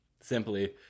simply